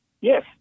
yes